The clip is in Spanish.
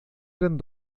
eran